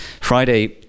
Friday